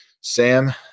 Sam